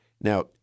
Now